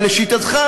אבל לשיטתך,